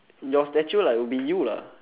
your statue lah will be you lah